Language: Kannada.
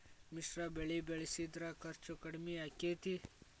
ಮಿಶ್ರ ಬೆಳಿ ಬೆಳಿಸಿದ್ರ ಖರ್ಚು ಕಡಮಿ ಆಕ್ಕೆತಿ?